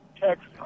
text